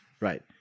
Right